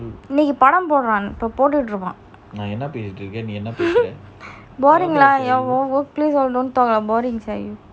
இன்னிக்கி படம் போடுறான் போட்டுட்டு இருக்கான்:iniki padam poduran potutu irukan boring lah your workplace all don't talk boring sia you